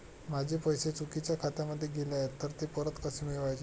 माझे पैसे चुकीच्या खात्यामध्ये गेले आहेत तर ते परत कसे मिळवायचे?